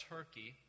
Turkey